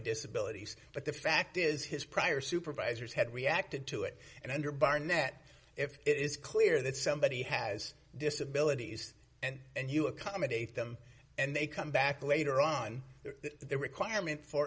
disability but the fact is his prior supervisors had reacted to it and under barnett if it is clear that somebody has disabilities and and you accommodate them and they come back later on the requirement for